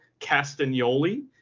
Castagnoli